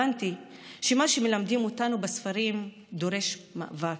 הבנתי שמה שמלמדים אותנו בספרים דורש מאבק.